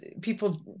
people